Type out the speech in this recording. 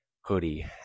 hoodie